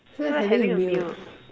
feel like having a meal